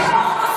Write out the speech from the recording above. מיכל.